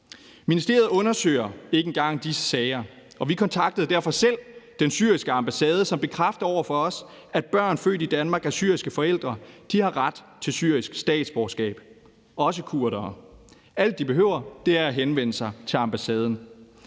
Ministeriet undersøger ikke engang disse sager, og vi kontaktede derfor selv den syriske ambassade, som bekræftede over for os, at børn født i Danmark af syriske forældre har ret til syrisk statsborgerskab, også kurdere. Alt, de behøver, er at henvende sig til ambassaden.